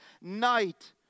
night